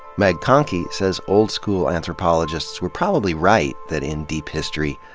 meg conkey says old-school anthropologists were probably right that in deep history,